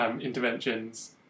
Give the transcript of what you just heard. interventions